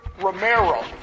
Romero